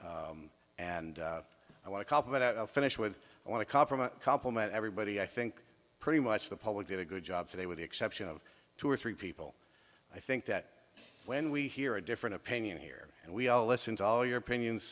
about and i want to call put out a finish with i want to compromise compliment everybody i think pretty much the public get a good job today with the exception of two or three people i think that when we hear a different opinion here and we all listen to all your opinions